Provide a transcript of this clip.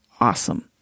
awesome